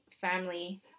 family